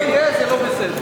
לכן מה שלא יהיה, זה לא בסדר.